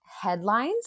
headlines